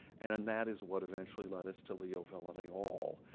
and and that is what eventually led us to leo villareal.